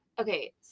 Okay